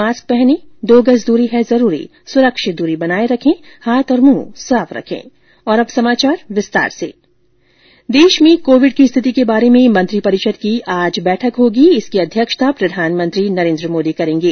mask पहनें दो गज दूरी है जरूरी सुरक्षित दूरी बनाये रखें हाथ और मुंह साफ रखें देश में कोविड की स्थिति के बारे में मंत्रीपरिषद की आज बैठक होगी जिसकी अध्यक्षता प्रधानमत्री नरेन्द्र मोदी करेंगे